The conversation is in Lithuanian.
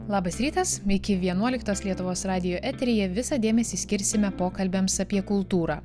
labas rytas iki vienuoliktos lietuvos radijo eteryje visą dėmesį skirsime pokalbiams apie kultūrą